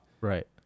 right